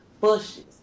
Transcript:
bushes